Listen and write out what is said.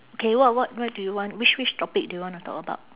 okay what what what do you want which which topic do you want to talk about